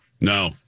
No